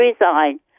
resign